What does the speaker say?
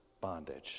bondage